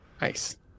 Nice